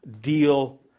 deal